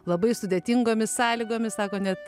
labai sudėtingomis sąlygomis sako net